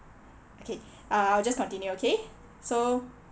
okay uh I'll just continue okay so